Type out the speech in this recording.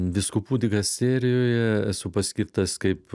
vyskupų dikasterijoje esu paskirtas kaip